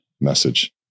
message